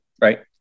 Right